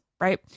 right